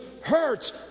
hurts